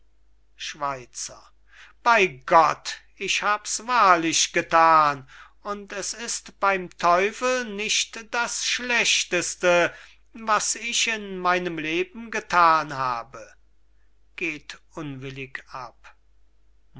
schweizer bei gott ich habs wahrlich gethan und es ist beim teufel nicht das schlechtste was ich in meinem leben gethan habe